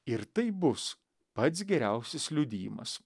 ir tai bus pats geriausias liudijimas